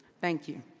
thank you.